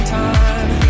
time